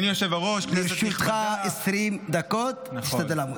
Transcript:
לרשותך 20 דקות, תשתדל לעמוד.